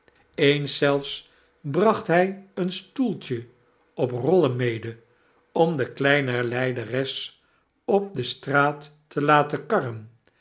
eens zelfs bracht hij een stoeltje op rollen mede om de kleine lijderes op de straat te laten karren